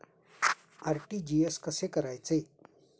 RTGS कसे करायचे?